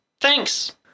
thanks